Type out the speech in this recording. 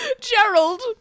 Gerald